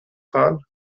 fahren